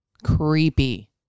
creepy